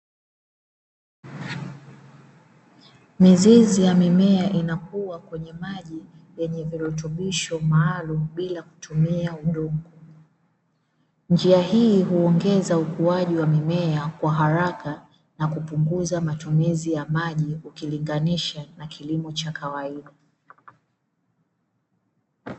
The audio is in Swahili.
Mizizi ya mimea inakuwa kwenye maji yenye virutubisho maalum bila kutumia udongo, njia hii huongeza ukuaji wa mimea kwa haraka na kupunguza matumizi ya maji ukilinganisha na kilimo cha kawaida.